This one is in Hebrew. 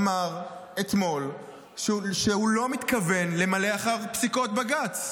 אמר אתמול שהוא לא מתכוון למלא אחר פסיקות בג"ץ.